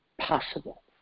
possible